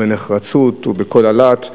בנחרצות ובכל הלהט,